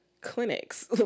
clinics